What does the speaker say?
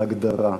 בהגדרה.